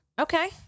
okay